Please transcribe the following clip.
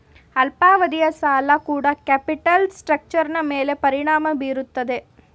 ಅಲ್ಪಾವಧಿಯ ಸಾಲ ಕೂಡ ಕ್ಯಾಪಿಟಲ್ ಸ್ಟ್ರಕ್ಟರ್ನ ಮೇಲೆ ಪರಿಣಾಮ ಬೀರುತ್ತದೆ